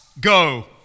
go